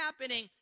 happening